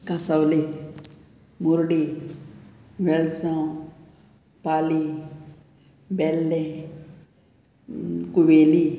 Cansaulim Murdi Velsao Pali Bellem Cuvelim